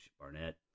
Barnett